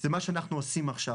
זה מה שאנחנו עושים עכשיו,